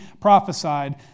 prophesied